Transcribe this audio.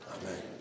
Amen